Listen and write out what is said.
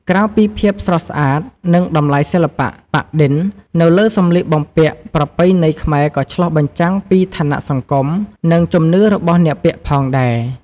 ក្រៅពីភាពស្រស់ស្អាត និងតម្លៃសិល្បៈ ប៉ាក់-ឌិន នៅលើសម្លៀកបំពាក់ប្រពៃណីខ្មែរក៏ឆ្លុះបញ្ចាំងពី ឋានៈសង្គម និង ជំនឿរបស់អ្នកពាក់ផងដែរ។